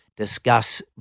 discuss